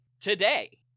today